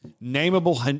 nameable